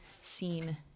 scene